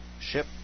ship